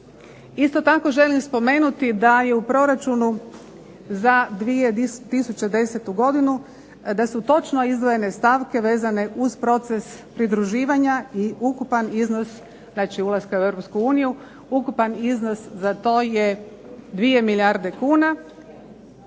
Isto tako, želim spomenuti da je u proračunu za 2010. godinu da su točno izdvojene stavke vezane uz proces pridruživanja i ukupan iznos znači ulaska u Europsku uniju. Ukupan iznos za to je 2 milijarde kuna.